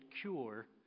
cure